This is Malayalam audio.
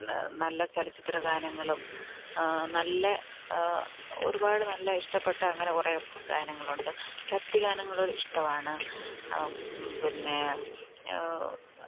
നല്ല ചലച്ചിത്രഗാനങ്ങളും നല്ല ഒരുപാട് നല്ല ഇഷ്ടപ്പെട്ട അങ്ങനെ കുറേ ഗാനങ്ങളുണ്ട് ഭക്തിഗാനങ്ങളോട് ഇഷ്ടമാണ് പിന്നെ